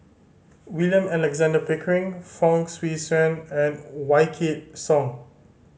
William Alexander Pickering Fong Swee Suan and Wykidd Song